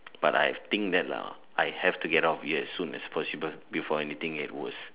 but I think that lah I have to get out of here as soon as possible before anything get worse